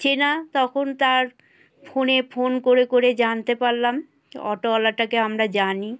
চেনা তখন তার ফোনে ফোন করে করে জানতে পারলাম অটোয়ালাটাকে আমরা জানি